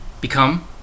become